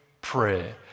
prayer